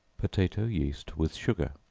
potato yeast with sugar.